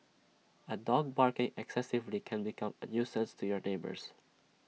A dog barking excessively can become A nuisance to your neighbours